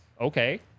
okay